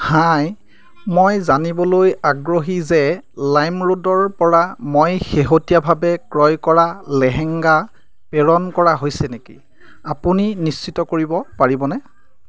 হাই মই জানিবলৈ আগ্ৰহী যে লাইমৰোডৰপৰা মই শেহতীয়াভাৱে ক্ৰয় কৰা লেহেঙ্গা প্ৰেৰণ কৰা হৈছে নেকি আপুনি নিশ্চিত কৰিব পাৰিবনে